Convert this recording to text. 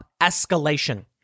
escalation